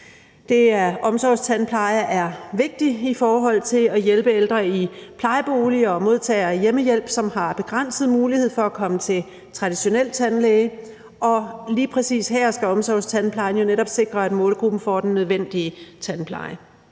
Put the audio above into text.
Omsorgstandpleje er vigtig i forhold til at hjælpe ældre, der bor i plejebolig, og modtagere af hjemmehjælp, som har begrænset mulighed for at komme til traditionel tandlæge, og lige præcis her skal omsorgstandplejen jo netop sikre, at målgruppen får den nødvendige tandpleje.